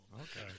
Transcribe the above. Okay